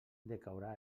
decaurà